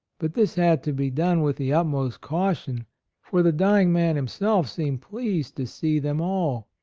but this had to be done with the utmost caution for the dying man himself seemed pleased to see them all,